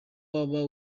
waba